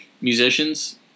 musicians